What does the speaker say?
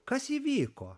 kas įvyko